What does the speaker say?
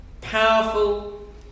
powerful